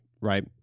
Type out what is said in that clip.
right